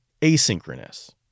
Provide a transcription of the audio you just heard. asynchronous